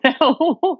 No